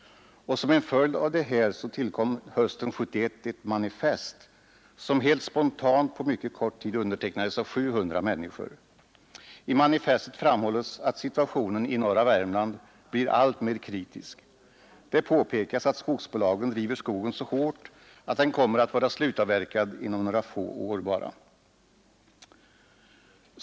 Som en följd av detta tillkom hösten 1971 ett manifest, som helt spontant på mycket kort tid undertecknades av 700 människor. I manifestet framhålls att situationen i norra Värmland blir alltmer kritisk. Det påpekas att skogsbolagen driver skogen så hårt att den kommer att vara slutavverkad om bara några få år.